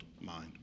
mind